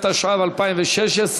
התשע"ו 2016,